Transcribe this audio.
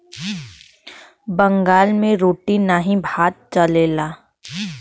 बंगाल मे रोटी नाही भात चलेला